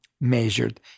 measured